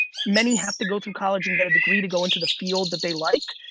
many have to go through college and get a degree to go into the field that they like,